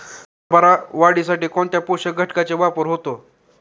हरभरा वाढीसाठी कोणत्या पोषक घटकांचे वापर होतो?